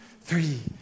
three